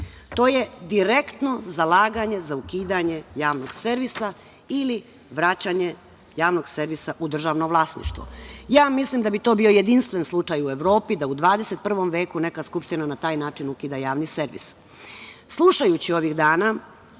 To je direktno zalaganje za ukidanje javnog servisa ili vraćanje javnog servisa u državno vlasništvo. Mislim da bi to bio jedinstven slučaj u Evropi da u XXI veku neka skupština na taj način ukida javni